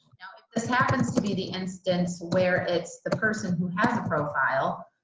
now if this happens to be the instance where it's the person who has a profile,